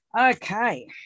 Okay